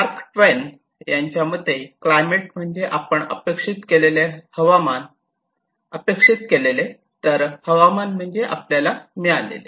mark Twain यांच्या मते climate म्हणजे आपण अपेक्षित केलेले तर हवामान म्हणजे आपल्याला मिळालेले